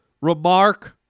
remark